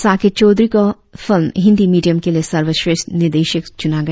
साकेत चौधरी को film Hindi medium के लिए सर्वश्रेष्ठ निदेशक चुना गया